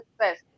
success